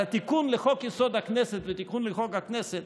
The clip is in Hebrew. על התיקון לחוק-יסוד: הכנסת ותיקון לחוק הכנסת,